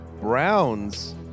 Browns